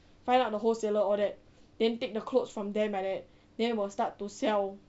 find out the wholesaler all that then take the clothes from them like that then will start to sell